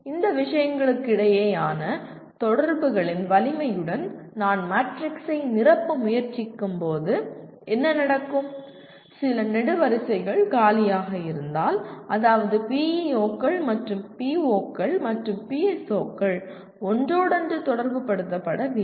இந்த விஷயங்களுக்கிடையேயான தொடர்புகளின் வலிமையுடன் நான் மேட்ரிக்ஸை நிரப்ப முயற்சிக்கும்போது என்ன நடக்கும் சில நெடுவரிசைகள் காலியாக இருந்தால் அதாவது PEO கள் மற்றும் PO கள் மற்றும் PSO கள் ஒன்றோடொன்று தொடர்புபடுத்தப்படவில்லை